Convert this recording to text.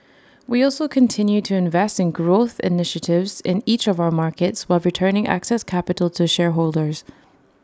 we also continued to invest in growth initiatives in each of our markets while returning excess capital to shareholders